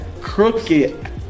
Crooked